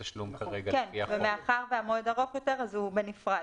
כן, ומאחר והמועד ארוך יותר אז הוא בנפרד,